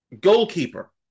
goalkeeper